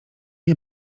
nie